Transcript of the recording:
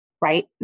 Right